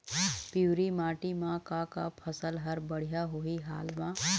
पिवरी माटी म का का फसल हर बढ़िया होही हाल मा?